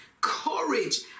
courage